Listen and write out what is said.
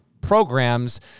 programs